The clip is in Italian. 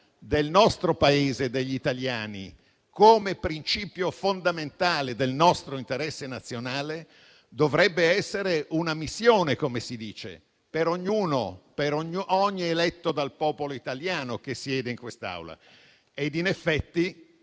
del nostro Paese e degli italiani come principio fondamentale del nostro interesse nazionale; dovrebbe essere una missione - come si dice - per ogni eletto dal popolo italiano che siede in quest'Aula. E in effetti